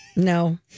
No